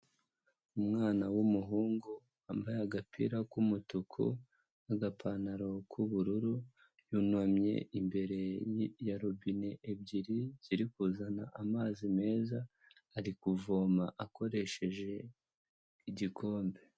Umwana w'umuhungu wambaye agapira k'umutuku n'agapantaro k'ubururu, yunamye imbere ya robine ebyiri ziri kuzana amazi meza, ari kuvoma akoresheje igikombe.